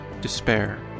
despair